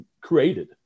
created